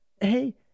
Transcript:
hey